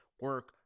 Work